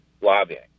lobbying